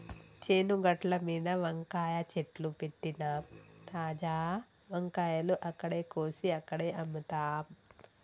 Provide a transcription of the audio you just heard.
చేను గట్లమీద వంకాయ చెట్లు పెట్టినమ్, తాజా వంకాయలు అక్కడే కోసి అక్కడే అమ్ముతాం